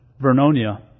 Vernonia